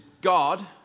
God